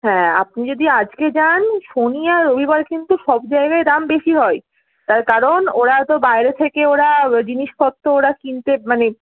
হ্যাঁ আপনি যদি আজকে যান শনি আর রবিবার কিন্তু সব জায়গায় দাম বেশি হয় তার কারণ ওরা তো বাইরে থেকে ওরা জিনিসপত্র ওরা কিনতে মানে